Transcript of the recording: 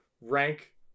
rank